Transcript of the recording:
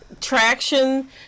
traction